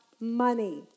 money